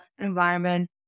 environment